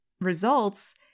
results